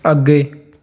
ਅੱਗੇ